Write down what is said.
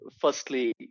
firstly